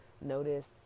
notice